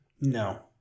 No